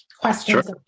questions